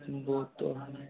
हाँ वो तो है